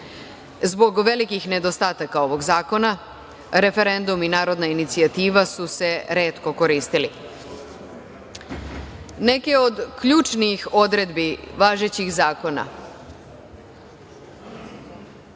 Zbog velikih nedostataka ovog zakona, referendum i narodna inicijativa su se retko koristili. Neke od ključnih odredbi važećeg zakona